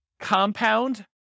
compound